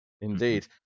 Indeed